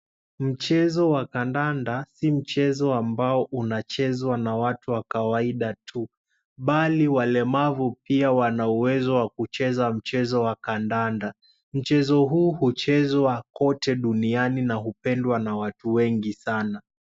Mchezo wa kandanda si mchezo ambao unachezwa na watu wa kawaida tu, bali walemavu pia wana uwezo wa kucheza mchezo wa kandanda. Mchezo huu huchezwa kote duniani na hupendwa na watu wengi sana.